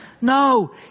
No